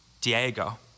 Diego